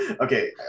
Okay